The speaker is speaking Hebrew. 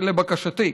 לבקשתי,